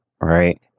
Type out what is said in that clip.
right